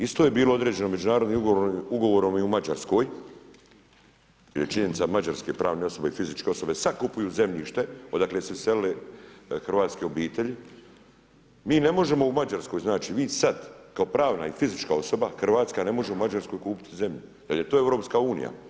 Isto je bilo određeno međunarodnim ugovorom i u Mađarskoj jer je činjenica mađarske pravne osobe i fizičke osobe sad kupuju zemljište odakle su se iselile hrvatske obitelji, mi ne možemo u Mađarskoj, znači vi sad kao pravna i fizička osoba, ne može u Mađarskoj kupiti zemlju, jel' je to EU?